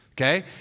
Okay